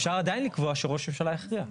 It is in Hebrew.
אפשר עדיין לקבוע שראש הממשלה יכריע.